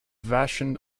vashon